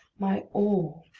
my all,